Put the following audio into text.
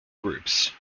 groups